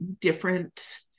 different